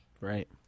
Right